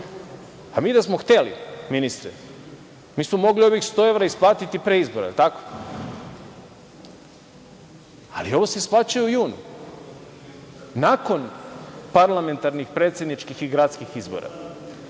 mi da smo hteli, ministre, mi smo mogli ovih 100 evra isplatiti pre izbora, da li je tako, ali ovo se isplaćuje u junu nakon parlamentarnih, predsedničkih i gradskih izbora.